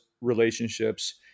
relationships